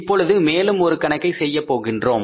இப்பொழுது மேலும் ஒரு கணக்கை செய்யப் போகின்றோம்